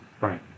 Right